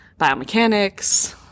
biomechanics